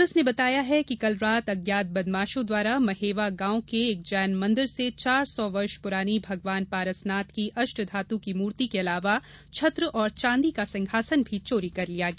police ने बताया है कि कल रात अज्ञात बदमाशों द्वारा महेवा गांव के एक जैन मंदिर से चार सौ वर्ष पुरानी भगवान पारसनाथ की अष्टधातु की मूर्ति के अलावा छत्र और चांदी का सिंहासन भी चोरी कर लिया गया